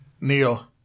neil